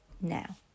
now